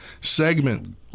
segment